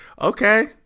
Okay